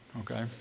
okay